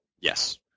Yes